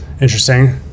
interesting